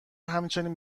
همچنین